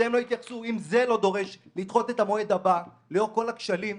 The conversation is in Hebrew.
אם זה לא דורש לדחות את המועד הבא לאור כל הכשלים,